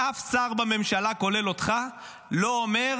ואף שר בממשלה כולל אותך לא אומר: